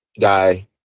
guy